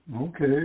Okay